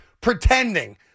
pretending